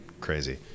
crazy